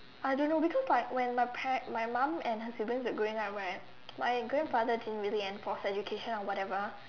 I don't know because like when my pair my mum and her sister used to growing up where my grandfather didn't really enforce education on what ever